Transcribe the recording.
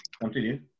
continue